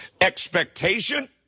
expectation